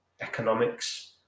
economics